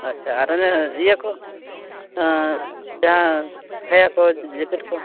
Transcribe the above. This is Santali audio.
ᱟᱪᱪᱷᱟ ᱟᱨ ᱚᱱᱮ ᱤᱭᱟᱹ ᱠᱚ ᱡᱟᱦᱟᱸ ᱥᱟᱭᱟ ᱠᱚ ᱡᱮᱠᱮᱴ ᱠᱚ